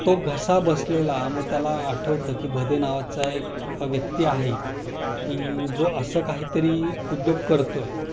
तो घसा बसलेला मग त्याला आठवतं की भदे नावाचा एक व्यक्ती आहे की जो असं काहीतरी उद्योग करत आहे